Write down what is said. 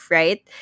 right